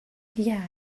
yeah